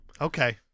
Okay